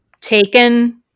taken